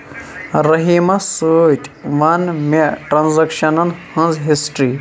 رٔحیٖمَس سٟتۍ وَن مےٚ ٹرٛانٛزیٚکشنَن ہٕنٛز ہِسٹری